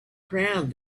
proud